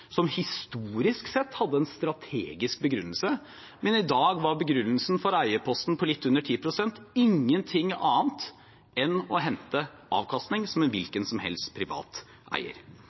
som historisk sett hadde en strategisk begrunnelse. Men i dag er begrunnelsen for eierposten på litt under 10 pst. ingenting annet enn å hente avkastning, som en hvilken som helst privat eier.